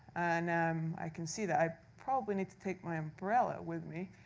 and um i can see that i probably need to take my umbrella with me.